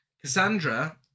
Cassandra